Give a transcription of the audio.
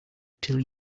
till